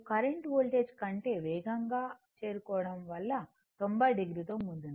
current voltage కంటే వేగంగా చేరుకోవడం వల్ల 90 o తో ముందుంది